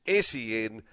SEN